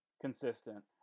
consistent